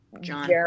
john